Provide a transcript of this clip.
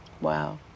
Wow